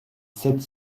sept